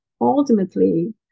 ultimately